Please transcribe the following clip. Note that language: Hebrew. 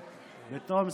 וזה טוב,